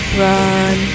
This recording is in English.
run